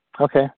Okay